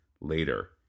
later